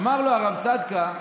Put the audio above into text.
אמר לו הרב צדקה: